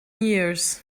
years